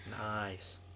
Nice